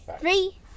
Three